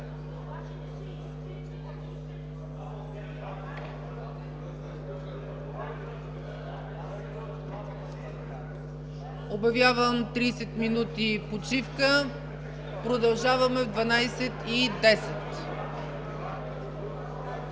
Обявявам 30 минути почивка. Продължаваме в 12,10